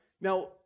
Now